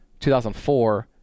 2004